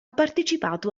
partecipato